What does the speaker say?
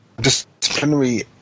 disciplinary